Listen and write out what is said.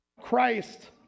Christ